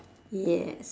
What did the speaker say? yes